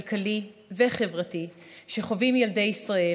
כלכלי וחברתי שחווים ילדי ישראל,